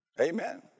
Amen